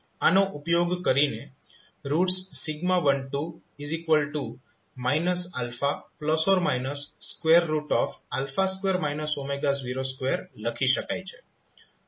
આનો ઉપયોગ કરીને રૂટ્સ 12 2 02 લખી શકાય છે